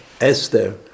Esther